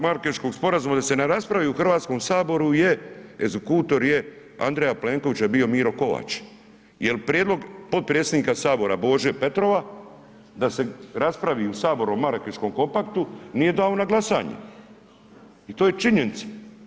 Marakeškog sporazuma da se ne raspravi u Hrvatskom saboru je egzekutor je Andreja Plenkovića bio Miro Kovač jel prijedlog potpredsjednika Sabora Bože Petrova da se raspravi u Saboru o Marakeškom kompaktu nije dao na glasanje i to je činjenica.